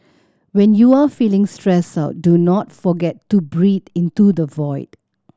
when you are feeling stressed out do not forget to breathe into the void